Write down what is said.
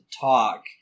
talk